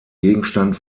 gegenstand